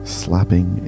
slapping